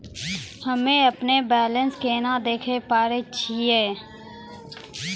हम्मे अपनो बैलेंस केना देखे पारे छियै?